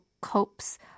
copes